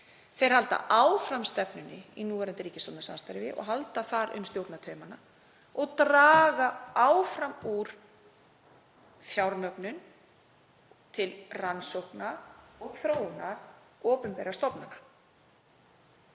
halda áfram stefnunni í núverandi ríkisstjórnarsamstarfi og halda um stjórnartaumana og draga áfram úr fjármögnun til rannsókna og þróunar opinberra stofnana.